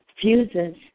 fuses